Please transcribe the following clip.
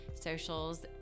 socials